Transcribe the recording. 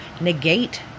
negate